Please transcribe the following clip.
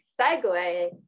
segue